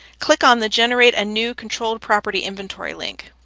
click on the generate ah new controlled property inventory link.